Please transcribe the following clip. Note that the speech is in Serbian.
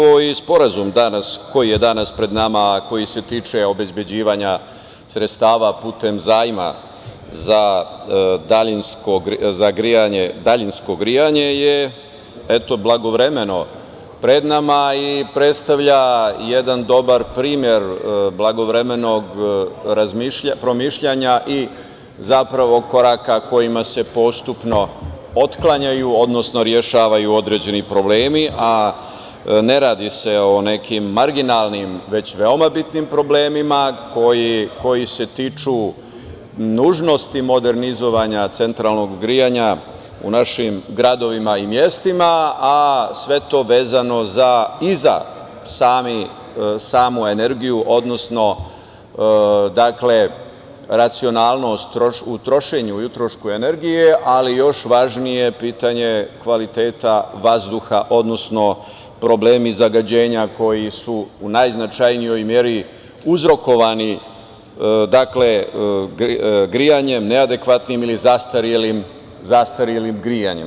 Ovaj sporazum koji je danas pred nama, a koji se tiče obezbeđivanja sredstava putem zajma za daljinsko grejanje je blagovremeno pred nama i predstavlja jedan dobar primer blagovremenog promišljanja i koraka kojima se postupno otklanjaju, odnosno rešavaju određeni problemi, a ne radi se o nekim marginalnim, već veoma bitnim problemima koji se tiču nužnosti modernizovanja centralnog grejanja u našim gradovima i mestima, a sve to vezano i za samu energiju, odnosno racionalnost u trošenju i utrošku energije, ali još važnije pitanje kvaliteta vazduha, odnosno problemi zagađenja koji su najznačajnijoj meri uzrokovani grejanjem, neadekvatnim ili zastarelim grejanjem.